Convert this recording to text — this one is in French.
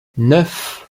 neuf